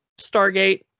Stargate